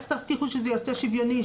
איך תבטיחו שזה יוצא שוויוני,